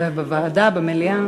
בוועדה, במליאה?